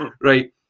Right